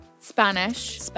Spanish